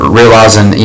realizing